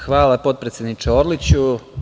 Hvala potpredsedniče Orliću.